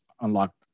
unlocked